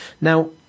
Now